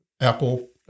Apple